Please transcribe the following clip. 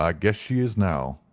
ah guess she is now,